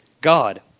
God